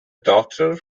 daughter